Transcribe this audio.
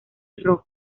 rojo